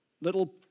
little